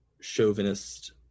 chauvinist